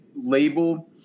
label